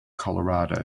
colorado